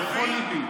אמיר,